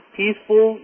peaceful